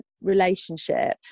relationship